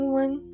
one